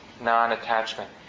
non-attachment